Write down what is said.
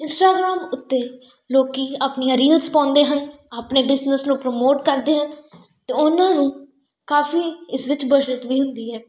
Instagram ਉੱਤੇ ਲੋਕ ਆਪਣੀਆਂ ਰੀਲਸ ਪਾਉਂਦੇ ਹਨ ਆਪਣੇ ਬਿਜ਼ਨਸ ਨੂੰ ਪ੍ਰਮੋਟ ਕਰਦੇ ਹਨ ਅਤੇ ਉਹਨਾਂ ਨੂੰ ਕਾਫ਼ੀ ਇਸ ਵਿੱਚ ਬੱਚਤ ਵੀ ਹੁੰਦੀ ਹੈ